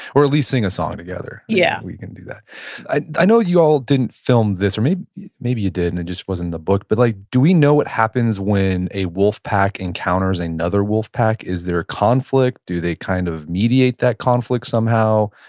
or at least sing a song together, yeah we can do that i know you all didn't film this or maybe maybe you did and it just wasn't in the book but like do we know what happens when a wolf pack encounters another wolf pack? is there a conflict? do they kind of mediate that conflict somehow?